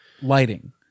lighting